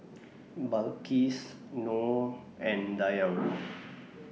Balqis Nor and Dayang